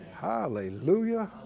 Hallelujah